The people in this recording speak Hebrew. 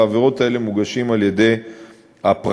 בעבירות האלה מוגשים על-ידי הפרקליטות,